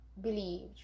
believe